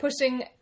pushing